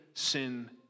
sin